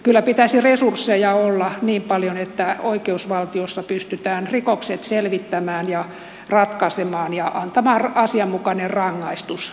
kyllä pitäisi resursseja olla niin paljon että oikeusvaltiossa pystytään rikokset selvittämään ja ratkaisemaan ja antamaan asianmukainen rangaistus näille rikollisille